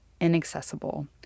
inaccessible